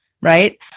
right